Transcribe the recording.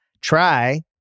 Try